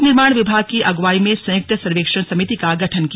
लोकनिर्माण विभाग की अगुवाई में संयुक्त सर्वेक्षण समिति का गठन किया